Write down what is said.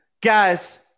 Guys